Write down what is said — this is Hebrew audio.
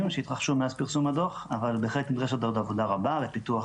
שהתרחשו מאז פרסום הדוח אבל בהחלט נדרשת עוד עבודה רבה לפיתוח